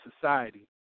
society